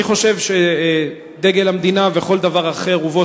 אני חושב שדגל המדינה וכל דבר אחר ובו